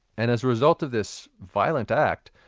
and as a result of this violent act,